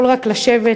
יכול רק לשבת,